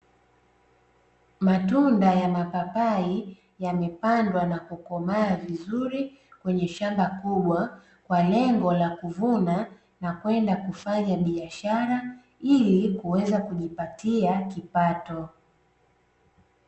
Matunda ya mapapai yamepandwa na kukomaa vizuri kwenye shamba kubwa, kwalengo la kuvuna na kwenda kufanya biashara ili kuweza kujipatia kipato.